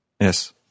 Yes